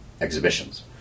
exhibitions